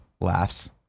Laughs